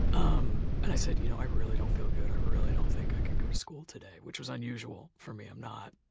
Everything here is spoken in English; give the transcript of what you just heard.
um and i said you know i really don't feel good i really don't think i can go to school today, which was unusual for me. i'm not,